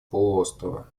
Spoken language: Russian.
полуострова